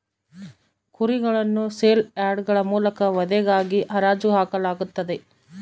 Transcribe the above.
ಕುರಿಗಳನ್ನು ಸೇಲ್ ಯಾರ್ಡ್ಗಳ ಮೂಲಕ ವಧೆಗಾಗಿ ಹರಾಜು ಹಾಕಲಾಗುತ್ತದೆ